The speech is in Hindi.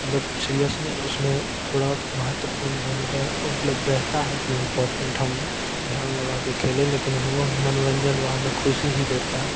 मतलब सीरियसनेस उसमें थोड़ा महत्वपूर्ण भूमिका मतलब रहता है कि इंपॉर्टेंट हम ध्यान लगा कर खेलें लेकिन वो मनोरंजन वो हमें खुशी ही देता है